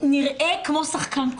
נראה כמו שחקן קולנוע,